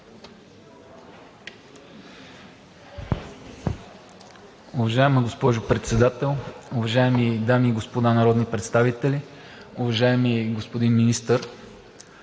Уважаема госпожо Председател, уважаеми дами и господа народни представители! Уважаеми господин Министър,